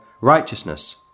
righteousness